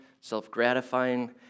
self-gratifying